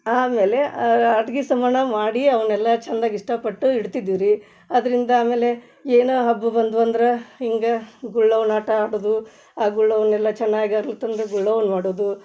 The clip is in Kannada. ಆಮೇಲೆ ಆಟ್ಗೆ ಸಾಮಾನ ಮಾಡಿ ಅವನ್ನೆಲ್ಲ ಚಂದಾಗಿ ಇಷ್ಟಪಟ್ಟು ಇಡ್ತಿದ್ದೀವಿ ರೀ ಅದರಿಂದ ಆಮೇಲೆ ಏನು ಹಬ್ಬ ಬಂದವು ಅಂದ್ರೆ ಹಿಂಗೆ ಗುಳ್ಳವನ ಆಟ ಆಡುವುದು ಆ ಗುಳ್ಳವನ್ನೆಲ್ಲ ಚೆನ್ನಾಗಿ ಅರ್ಳ್ ತುಂಬಿ ಗುಳ್ಳವನ್ನ ಮಾಡೋದು